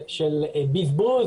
של ביג בג,